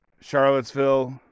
Charlottesville